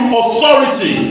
authority